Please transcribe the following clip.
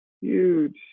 huge